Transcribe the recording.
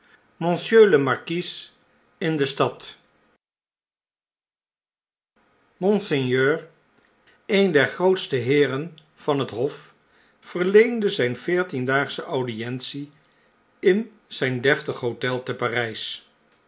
marquis in de stad monseigneur een der grootste heeren van het hof verleende zijn veertiendaagsche audientie in zijn deftig hotel te